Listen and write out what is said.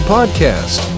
Podcast